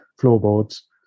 floorboards